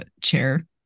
chair